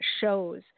shows